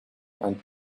and